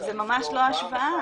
זו ממש לא השוואה.